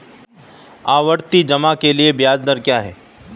आवर्ती जमा के लिए ब्याज दर क्या है?